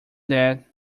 that